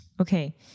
Okay